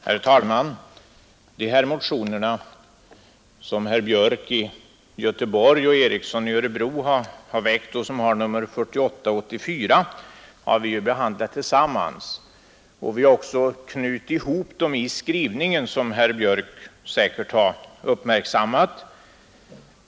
Herr talman! De här motionerna av herr Björk i Göteborg och herr Ericson i Örebro, som har nr 48 och 84, har utskottet behandlat tillsammans. Vi har också knutit ihop dem i skrivningen som herr Björk säkert har uppmärksammat.